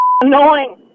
annoying